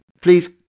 please